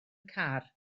car